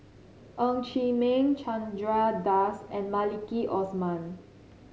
Ng Chee Meng Chandra Das and Maliki Osman